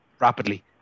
rapidly